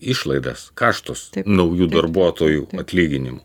išlaidas kaštus naujų darbuotojų atlyginimų